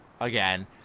again